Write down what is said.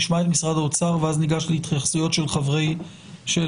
נשמע את משרד האוצר ואז ניגש להתייחסויות של חברי הכנסת.